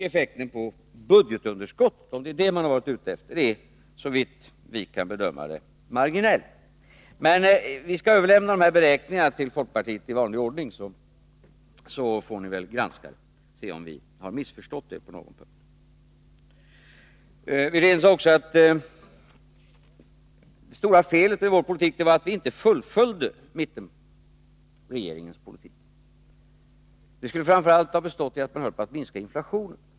Effekten på budgetunderskottet, om det är detta man har varit ute efter, är såvitt vi kan bedöma marginell. Men vi skall överlämna beräkningarna till folkpartiet i vanlig ordning, så får ni väl granska dem och se om vi har missförstått er på någon punkt. Rolf Wirtén sade också att det stora felet med vårt handlande var att vi inte fullföljde mittenregeringens politik. Den skulle framför allt ha bestått i att man höll på att minska inflationen.